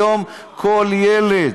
היום כל ילד,